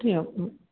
trio म्